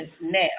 now